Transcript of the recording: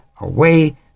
away